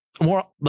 more